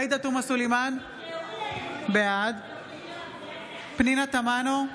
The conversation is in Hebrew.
עאידה תומא סלימאן, בעד פנינה תמנו,